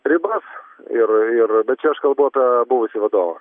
ribas ir ir bet čia aš kalbu apie buvusį vadovą